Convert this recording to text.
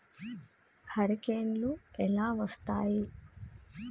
హరికేన్లు ఎలా వస్తాయి?